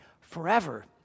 forever